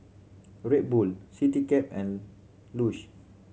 Red Bull Citycab and Lush